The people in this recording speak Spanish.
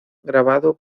grabado